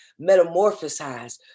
metamorphosized